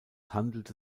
handelte